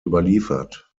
überliefert